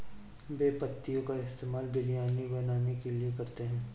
बे पत्तियों का इस्तेमाल बिरयानी बनाने के लिए करते हैं